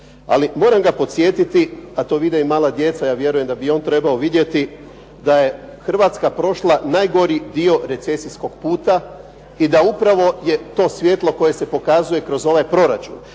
moram ga podsjetiti, a to vide i mala djeca, ja vjerujem da i on treba vidjeti, da je Hrvatska prošla najgori dio recesijskog puta i da upravo je to svjetlo koje se pokazuje kroz ovaj proračun.